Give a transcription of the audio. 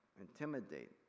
intimidate